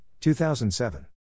2007